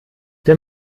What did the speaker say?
der